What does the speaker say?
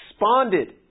responded